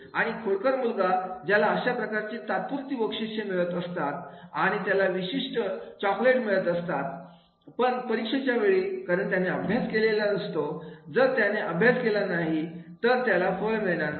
आणि खोडकर मुलगा ज्याला अशा प्रकारचे तात्पुरती बक्षिसे मिळत असतात आणि त्याला विशिष्ट चॉकलेट मिळत असतात आणि पण परीक्षेच्या वेळी कारण त्याने अभ्यास केलेला असतो जर त्याने अभ्यास नाही केला तर त्याला फळ मिळणार नाही